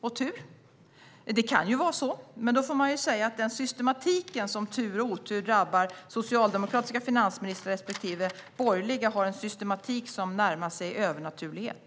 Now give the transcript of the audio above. Det kan vara så, men då får man säga att den tur respektive otur som drabbar socialdemokratiska respektive borgerliga finansministrar har en systematik som närmar sig övernaturlighet.